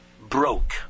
broke